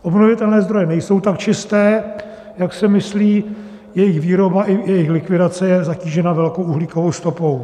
Obnovitelné zdroje nejsou tak čisté, jak se myslí, jejich výroba i jejich likvidace je zatížena velkou uhlíkovou stopou.